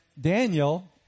Daniel